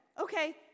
okay